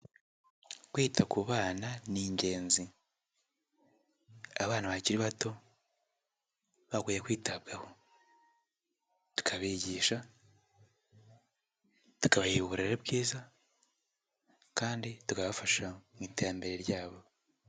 Kwita ku bana ni ingenzi. Abana bakiri bato bakwiye kwitabwaho tukabigisha, tukabaha uburere bwiza kandi tugabafasha mu iterambere rya bo.